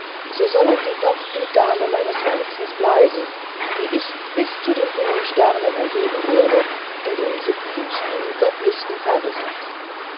so sollen sie doch die dame meines herzens bleiben die ich bis zu den hohen sternen erheben werde in den sublimsten göttlichsten versen